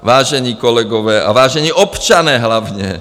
Vážení kolegové a vážení občané hlavně.